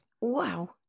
Wow